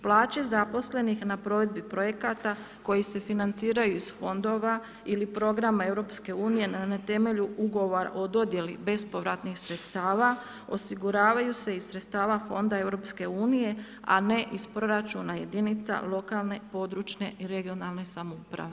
Plaće zaposlenih na provedbi projekata koji se financiraju iz fondova ili programa EU na temelju ugovora o dodjeli bespovratnih sredstava osiguravaju se iz sredstava Fonda EU a ne iz proračuna jedinica lokalne, područne i regionalne samouprave.